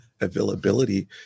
availability